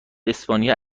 اسپانیا